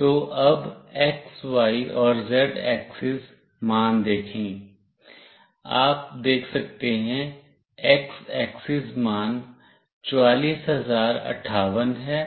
तो अब x y और z एक्सिस मान देखें आप देख सकते हैं x axis मान 44058 है